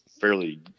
fairly